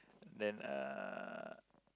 then uh